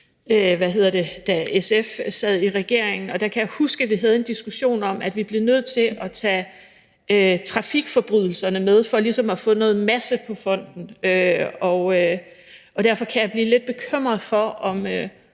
da SF sad i regering. Og der kan jeg huske, at vi havde en diskussion om, at vi blev nødt til at tage trafikforbrydelserne med for ligesom at få noget masse i fonden. Derfor kan jeg blive lidt bekymret for,